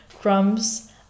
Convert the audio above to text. crumbs